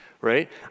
right